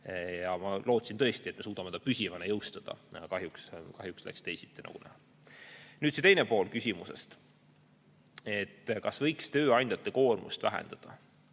ma lootsin tõesti, et me suudame ta püsivana jõustada, aga kahjuks läks teisiti, nagu näha. Nüüd see teine pool küsimusest: kas võiks tööandjate koormust vähendada?